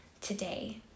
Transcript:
today